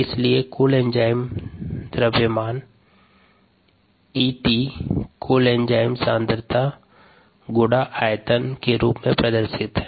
इसलिए कुल एंजाइम द्रव्यमान 𝐸𝑡 कुल एंजाइम सांद्रता गुणा आयतन के रूप में प्रदर्शित हैं